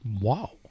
Wow